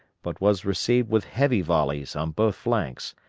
but was received with heavy volleys on both flanks,